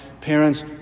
Parents